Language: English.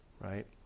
right